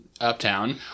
uptown